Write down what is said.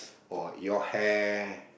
or your hair